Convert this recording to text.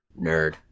nerd